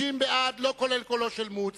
ו-60 בעד, לא כולל קולו של מוץ.